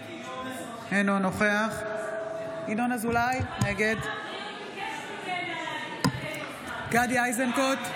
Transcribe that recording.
אינו נוכח ינון אזולאי, נגד גדי איזנקוט,